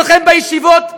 אצלכם בישיבות,